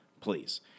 please